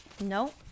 No